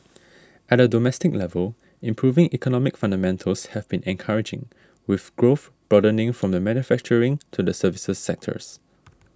at a domestic level improving economic fundamentals have been encouraging with growth broadening from the manufacturing to the services sectors